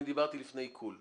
אני דיברתי לפני עיקול.